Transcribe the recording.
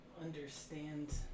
understand